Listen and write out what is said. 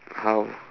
how